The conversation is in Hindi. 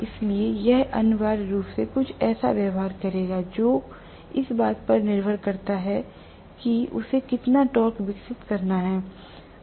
इसलिए यह अनिवार्य रूप से कुछ ऐसा व्यवहार करेगा जो इस बात पर निर्भर करता है कि उसे कितना टॉर्क विकसित करना है